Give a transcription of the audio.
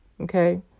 okay